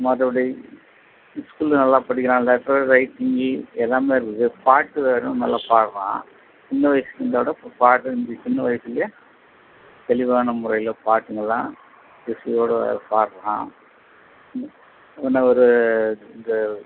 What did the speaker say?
மற்றபடி ஸ்கூலில் நல்லா படிக்கிறான் லெட்டர் ரைட்டிங்கு எல்லாமே இருக்குது பாட்டு வேறு நல்லா பாடுறான் சின்ன வயசில் இருந்தோட இப்போ பாட்டு சின்ன வயசிலே தெளிவான முறையில் பாட்டுங்களெலாம் இசையோடு வேறு பாடுறான் என்ன ஒரு இந்த